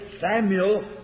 Samuel